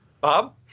Bob